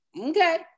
okay